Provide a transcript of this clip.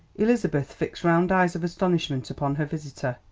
elizabeth fixed round eyes of astonishment upon her visitor.